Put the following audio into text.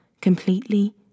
completely